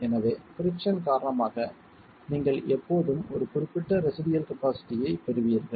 எனவே பிரிக்சன் காரணமாக நீங்கள் எப்போதும் ஒரு குறிப்பிட்ட ரெசிடுயல் கபாஸிட்டியைப் பெறுவீர்கள்